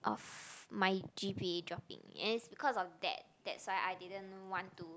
of my g_p_a dropping and is because of that that's why I didn't want to